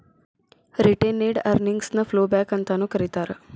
retained earnings ನ flowback ಅಂತಾನೂ ಕರೇತಾರ